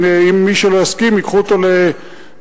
ומי שלא יסכים ייקחו אותו לבית-סוהר,